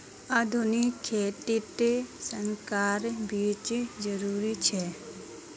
आधुनिक खेतित संकर बीज जरुरी छे